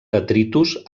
detritus